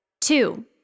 Two